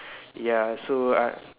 ya so I